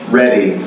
ready